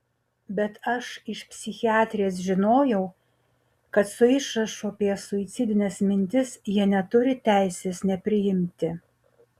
bet aš iš psichiatrės žinojau kad su išrašu apie suicidines mintis jie neturi teisės nepriimti